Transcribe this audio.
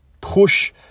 push